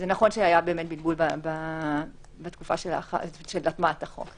נכון שהיה בלבול בתקופה של הטמעת החוק,